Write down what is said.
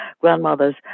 grandmothers